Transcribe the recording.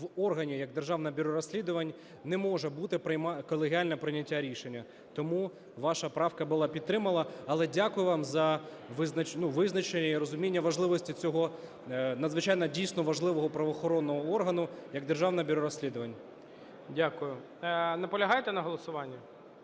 в органі, як Державне бюро розслідувань, не може бути колегіального прийняття рішення. Тому ваша правка була підтримана. Але дякую вам за визначення і розуміння важливості цього надзвичайно, дійсно, важливого правоохоронного органу, як Державне бюро розслідувань. ГОЛОВУЮЧИЙ. Дякую. Наполягаєте на голосуванні?